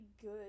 good